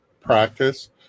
practice